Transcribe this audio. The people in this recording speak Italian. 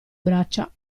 braccia